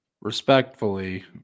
Respectfully